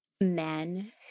men